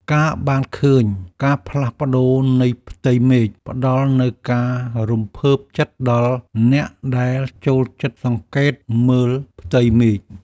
ការបានឃើញការផ្លាស់ប្តូរនៃផ្ទៃមេឃ ផ្តល់នូវការរំភើបចិត្តដល់អ្នកដែលចូលចិត្តសង្កេតមើលផ្ទៃមេឃ។